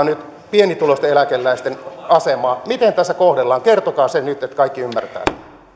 nyt pienituloisten eläkeläisten asemaa miten tässä kohdellaan kertokaa se nyt että kaikki ymmärtävät